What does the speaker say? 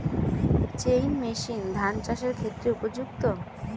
Chain machine ধান চাষের ক্ষেত্রে উপযুক্ত?